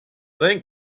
think